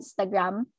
Instagram